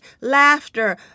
laughter